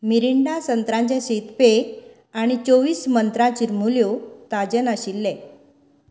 Mirinda संत्रांचें शीतपेय आणी चोवीस मंत्रा चिरमुल्यो ताजे नाशिल्ले